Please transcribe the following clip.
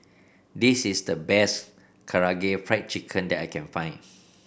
this is the best Karaage Fried Chicken that I can find